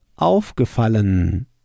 aufgefallen